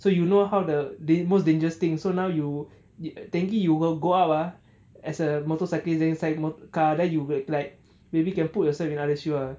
so you know how the da~ the most dangerous thing so now you technically you will go out ah as a motorcyclist style more car then you will like maybe can put yourself in other shoe ah